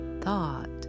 thought